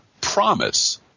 promise